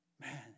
man